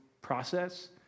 process